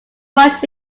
much